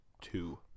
two